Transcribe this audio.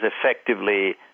effectively